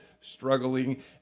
struggling